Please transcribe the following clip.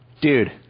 dude